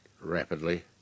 rapidly